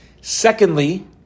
Secondly